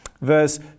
verse